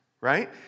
right